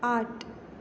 आठ